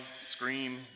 scream